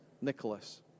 Nicholas